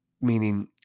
Meaning